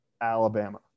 Alabama